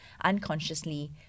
unconsciously